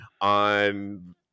on